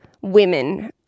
women